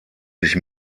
sich